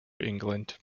england